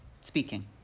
speaking